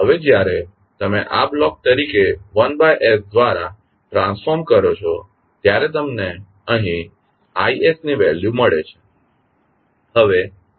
હવે જ્યારે તમે આને બ્લોક તરીકે 1s દ્વારા ટ્રાંસફોર્મ કરો છો ત્યારે તમને અહીં I ની વેલ્યુ મળે છે